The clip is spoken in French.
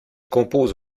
compose